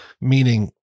Meaning